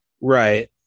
right